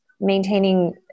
maintaining